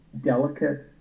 delicate